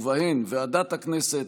ובהן ועדת הכנסת,